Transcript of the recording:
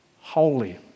holy